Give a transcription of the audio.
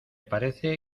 parece